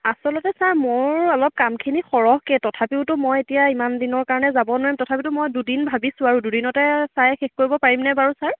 আচলতে ছাৰ মোৰ অলপ কামখিনি সৰহকৈয়ে তথাপিওতো মই এতিয়া ইমান দিনৰ কাৰণে যাব নোৱাৰিম তথাপিতো মই দুদিন ভাবিছোঁ আৰু দুদিনতে চাই শেষ কৰিব পাৰিম নে বাৰু ছাৰ